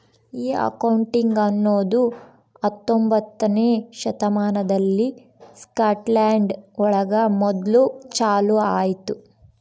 ಈ ಅಕೌಂಟಿಂಗ್ ಅನ್ನೋದು ಹತ್ತೊಂಬೊತ್ನೆ ಶತಮಾನದಲ್ಲಿ ಸ್ಕಾಟ್ಲ್ಯಾಂಡ್ ಒಳಗ ಮೊದ್ಲು ಚಾಲೂ ಆಯ್ತು